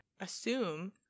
assume